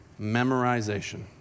Memorization